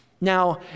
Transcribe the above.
Now